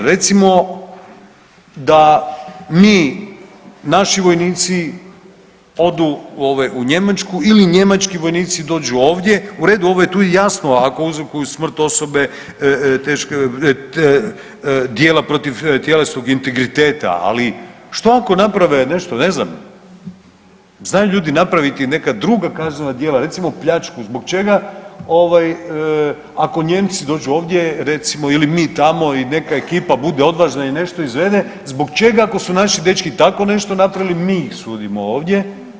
Recimo, da mi, naši vojnici odu, ovaj, u Njemačku ili njemački vojnici dođu ovdje, u redu, ovo je tu i jasno, ako uz smrt osobe teške, djela protiv tjelesnog integriteta, ali što ako naprave nešto, ne znam, znaju ljudi napraviti neka druga kaznena djela, recimo, pljačku, zbog čega, ovoj, ako Nijemci dođu ovdje, recimo, ili mi tamo i neka ekipa bude odvažna i nešto izvede, zbog čega, ako su naši dečki tako nešto napravili, mi sudimo ovdje?